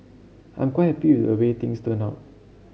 I'm quite happy a way things turned out